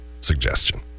suggestion